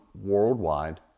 worldwide